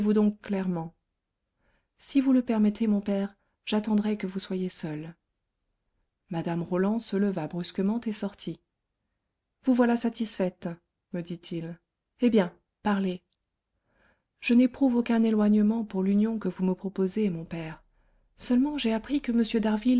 clairement si vous le permettez mon père j'attendrai que vous soyez seul mme roland se leva brusquement et sortit vous voilà satisfaite me dit-il eh bien parlez je n'éprouve aucun éloignement pour l'union que vous me proposez mon père seulement j'ai appris que